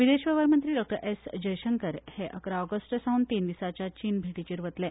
विदेश वेव्हार मंत्री एस जयशंकर अकरा ऑगस्टा सावन तीन दिसांचे चीन भेटेर वतले